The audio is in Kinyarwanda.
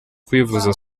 kwivuza